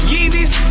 Yeezys